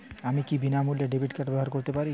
আমি কি বিনামূল্যে ডেবিট কার্ড ব্যাবহার করতে পারি?